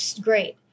Great